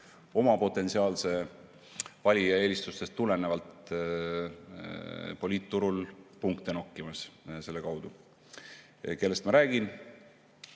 oma potentsiaalse valija eelistustest tulenevalt poliitturul punkte nokkimas. Kellest ma räägin?